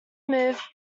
move